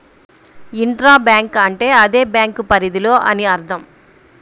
intra bank అంటే అదే bank పరిధిలో అని అర్థం